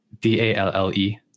d-a-l-l-e